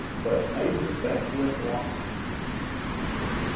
but major beckwith, wants to see you right away.